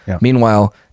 Meanwhile